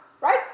right